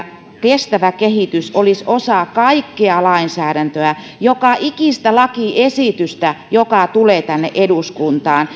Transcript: kestävä kehitys olisi osa kaikkea lainsäädäntöä joka ikistä lakiesitystä joka tulee tänne eduskuntaan